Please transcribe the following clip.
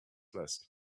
list